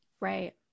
Right